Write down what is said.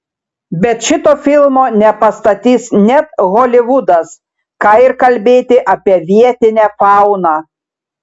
bet šito filmo nepastatys net holivudas ką ir kalbėti apie vietinę fauną